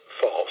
false